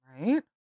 Right